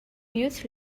mutes